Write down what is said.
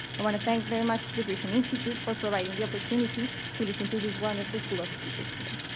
i want to thank very much the pearson institute for providing the opportunity to listen to this wonderful pool of speakers today.